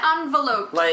envelopes